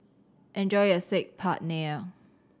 enjoy your Saag Paneer